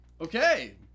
Okay